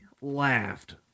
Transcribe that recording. laughed